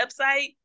website